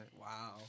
Wow